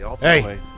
Hey